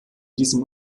diesem